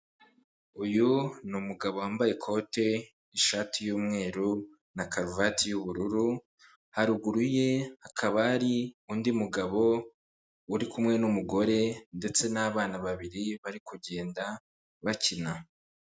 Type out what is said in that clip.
Uyu ni umugabo wambaye ikote ishati y'umweru na karuvati y'ubururu, haruguru ye hakaba hari undi mugabo uri kumwe n'umugore ndetse n'abana babiri bari kugenda bakina.